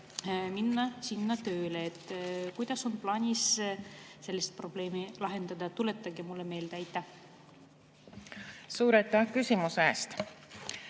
minna sinna tööle. Kuidas on plaanis seda probleemi lahendada? Tuletage mulle meelde. Suur aitäh küsimuse eest!